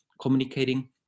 communicating